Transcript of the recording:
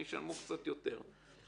שישלמו קצת יותר.